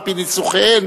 על-פי ניסוחיהן,